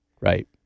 Right